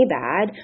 bad